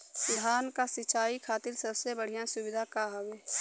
धान क सिंचाई खातिर सबसे बढ़ियां सुविधा का हवे?